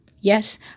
yes